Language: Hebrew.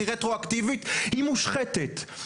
היא רטרואקטיבית ומושחתת.